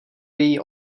její